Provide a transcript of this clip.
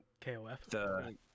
KOF